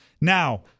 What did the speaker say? Now